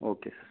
okay